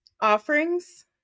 offerings